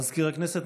מזכיר הכנסת,